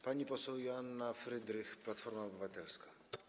Pani poseł Joanna Frydrych, Platforma Obywatelska.